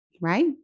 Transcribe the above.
right